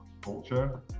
culture